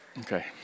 okay